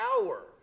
hour